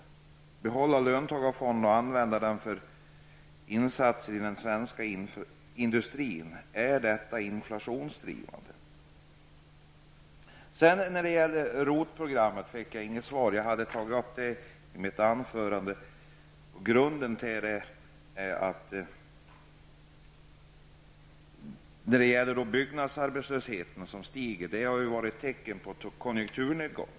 Vidare handlar det om att behålla löntagarfonderna, som skall användas till insatser i den svenska industrin. Är det att driva på inflationen? När det gäller ROT-programmet fick jag inte något svar. Jag tog ju upp den frågan i mitt anförande. På byggsidan stiger arbetslösheten, och det är ett tecken på en konjunkturnedgång.